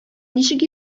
ничек